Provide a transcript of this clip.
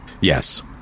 Yes